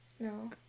No